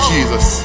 Jesus